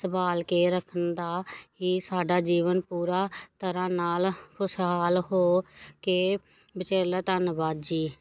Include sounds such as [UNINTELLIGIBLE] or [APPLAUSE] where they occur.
ਸੰਭਾਲ ਕੇ ਰੱਖਣ ਦਾ ਇਹ ਸਾਡਾ ਜੀਵਨ ਪੂਰੀ ਤਰ੍ਹਾਂ ਨਾਲ ਖੁਸ਼ਹਾਲ ਹੋ ਕੇ [UNINTELLIGIBLE] ਧੰਨਵਾਦ ਜੀ